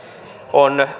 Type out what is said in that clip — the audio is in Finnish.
on